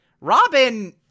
Robin